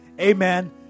Amen